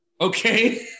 okay